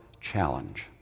challenge